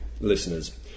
listeners